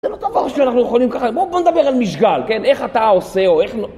זה לא דבר שאנחנו יכולים ככה... בוא נדבר על משגל, כן? איך אתה עושה או איך...